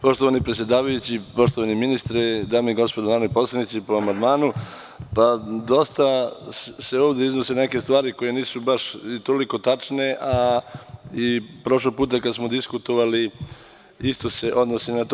Poštovani predsedavajući, poštovani ministre, dame i gospodo narodni poslanici, dosta se ovde iznose neke stvari koje nisu baš toliko tačne, a prošlog puta kada smo diskutovali, isto se odnosi na to.